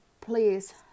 Please